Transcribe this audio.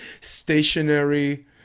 stationary